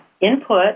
input